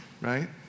right